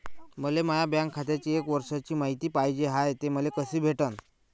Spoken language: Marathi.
मले माया बँक खात्याची एक वर्षाची मायती पाहिजे हाय, ते मले कसी भेटनं?